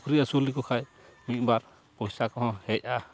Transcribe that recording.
ᱥᱩᱠᱨᱤ ᱟᱹᱥᱩᱞ ᱞᱮᱠᱚ ᱠᱷᱟᱱ ᱢᱤᱫ ᱵᱟᱨ ᱯᱚᱭᱥᱟ ᱠᱚᱦᱚᱸ ᱦᱮᱡᱼᱟ